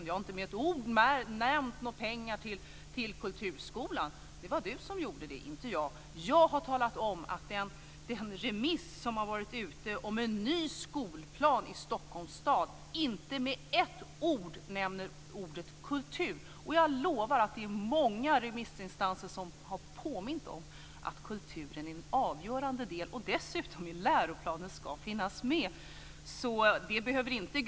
Jag har inte med ett ord nämnt några pengar till kulturskolan. Det var Gunilla Tjernberg som gjorde det, inte jag. Jag har talat om att den remiss som har varit ute om en ny skolplan i Stockholms stad inte med ett ord nämner ordet kultur. Jag lovar att det är många remissinstanser som har påmint om att kulturen är en avgörande del och dessutom ska finnas med i läroplanen.